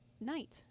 night